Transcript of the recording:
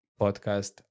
podcast